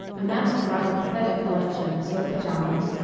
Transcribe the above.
amassed a rather pathetic collection of silk pajamas,